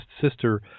sister